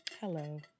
Hello